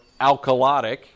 alkalotic